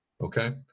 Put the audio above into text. Okay